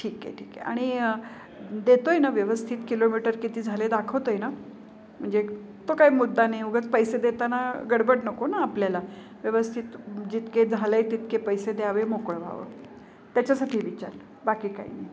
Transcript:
ठीक आहे ठीक आहे आणि देतो आहे ना व्यवस्थित किलोमीटर किती झाले दाखवतो आहे ना म्हणजे तो काही मुद्दा नाही उगाच पैसे देताना गडबड नको ना आपल्याला व्यवस्थित जितके झालं आहे तितके पैसे द्यावे मोकळं व्हावं त्याच्यासाठी विचारलं बाकी काही नाही